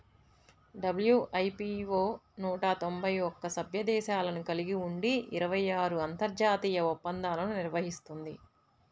WIPO నూట తొంభై ఒక్క సభ్య దేశాలను కలిగి ఉండి ఇరవై ఆరు అంతర్జాతీయ ఒప్పందాలను నిర్వహిస్తుంది